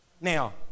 Now